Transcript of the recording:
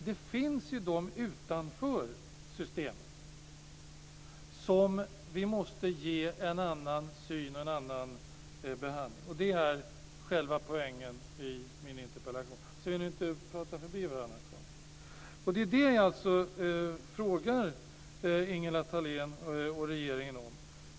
Det finns de utanför systemet som vi måste ge en annan syn och en annan behandling. Det är själva poängen i min interpellation. Det säger jag så att vi inte pratar förbi varandra, herr talman. Det är det jag frågar Ingela Thalén och regeringen om.